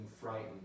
frightened